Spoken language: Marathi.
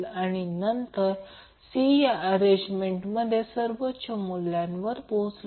आणि नंतर C या अरेंजमेंटमध्ये सर्वोच्च व्हॅल्यूवर पोहोचेल